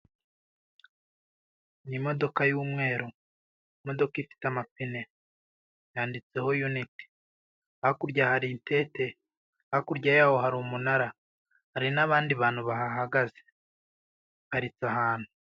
Ni imodoka y'umweru, imodoka ifite amapine, yanditseho unit. Hakurya hari itente, hakurya yaho hari umunara, hari n'abandi bantu bahagaze, iparitse ahantu.